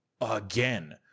again